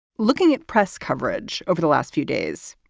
looking at press coverage over the last few days,